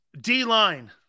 D-line